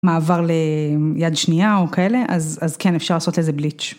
מעבר ליד שנייה או כאלה, אז כן, אפשר לעשות איזה בליץ'.